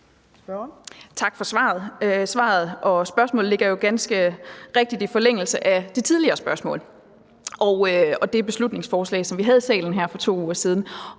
Tak for svaret. Svaret og spørgsmålet ligger ganske rigtigt i forlængelse af det tidligere spørgsmål og det beslutningsforslag, som vi havde i salen her for 2 uger siden.